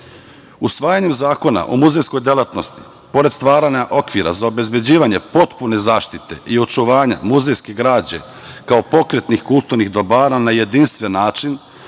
Srbije. Usvajanjem zakona o muzejskoj delatnosti, pored stvaranja okvira za obezbeđivanje potpune zaštite i očuvanja muzejske građe, kao pokretnih kulturnih dobara, na jedinstven način,